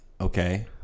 okay